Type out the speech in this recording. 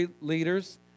leaders